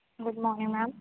good morning ma'am